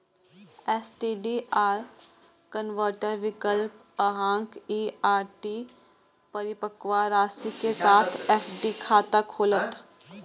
STDR convert विकल्प अहांक ई आर.डी परिपक्वता राशि के साथ एफ.डी खाता खोलत